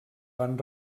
van